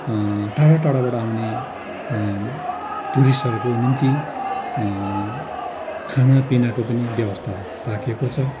टाढा टाढाबाट आउने टुरिस्टहरूको निम्ति खानापिनाको पनि व्यवस्था राखिएको छ